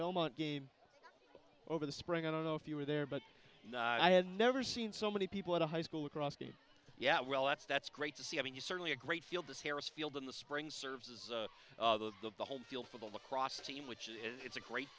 belmont game over the spring i don't know if you were there but i had never seen so many people at a high school across yeah well that's that's great to see i mean you certainly a great field this harris field in the spring serves as the home feel for the lacrosse team which is it's a great